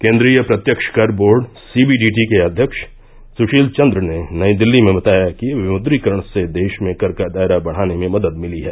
केंद्रीय प्रत्यक्ष कर बोर्ड सीबीडीटी के अध्यक्ष सुशील चंद्र ने नई दिल्ली में बताया कि विमुद्रीकरण से देश में कर का दायरा बढ़ाने में मदद में मिली है